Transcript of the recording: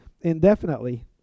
indefinitely